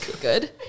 Good